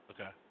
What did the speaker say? Okay